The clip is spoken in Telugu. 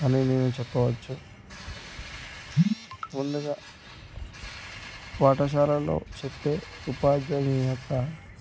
అని నేను చెప్పవచ్చు ముందుగా పాఠశాలలో చెప్పే ఉపాధ్యాయుని యొక్క